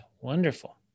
Wonderful